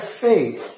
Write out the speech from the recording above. faith